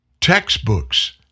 Textbooks